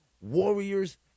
warriors